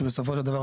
שבסופו של דבר,